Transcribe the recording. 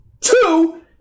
two